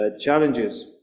challenges